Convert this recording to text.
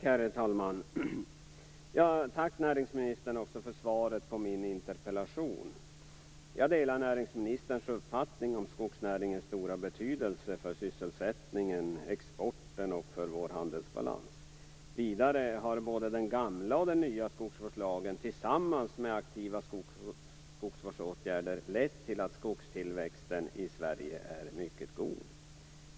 Herr talman! Tack, näringsministern, för svaret på min interpellation. Jag delar näringsministerns uppfattning om skogsnäringens stora betydelse för sysselsättningen, exporten och vår handelsbalans. Vidare har både den gamla och den nya skogsvårdslagen tillsammans med aktiva skogsvårdsåtgärder lett till att skogstillväxten i Sverige är mycket god.